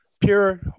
pure